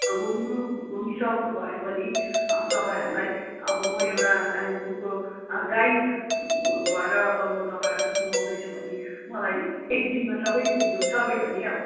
घुम्नु घुमिसक्नु भयो भने तपाईँहरूलाई अब म एउटा कालिम्पोङको गाइड भएर अब म तपाईँहरूलाई घुमाउँदैछु भने मलाई एक दिनमा सबै घुम्नु सक्यो भने अब